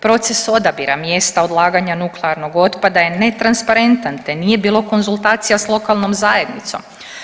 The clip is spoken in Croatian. Proces odabira mjesta odlaganja nuklearnog otpada je netransparentan te nije bilo konzultacija s lokalnom zajednicom.